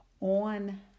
on